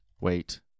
wait